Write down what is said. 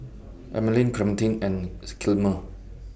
Emaline Clementine and Gilmer